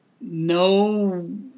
no